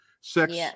Sex